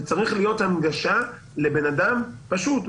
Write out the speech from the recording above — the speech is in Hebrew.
זו צריכה להיות הנגשה לבן אדם פשוט,